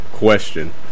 question